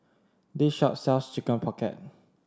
this shop sells Chicken Pocket